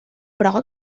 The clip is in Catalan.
però